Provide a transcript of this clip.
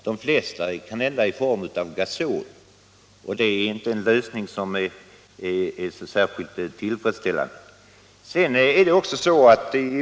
De flesta övergår kanske då till gasol, och det är en lösning som inte är särskilt tillfredsställande.